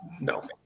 No